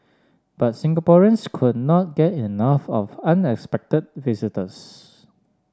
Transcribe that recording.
but Singaporeans could not get enough of unexpected visitors